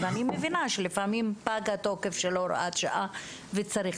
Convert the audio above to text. אני מבינה שלפעמים פג התוקף של הוראת שעה וצריך